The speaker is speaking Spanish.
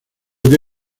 que